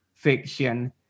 fiction